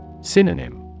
Synonym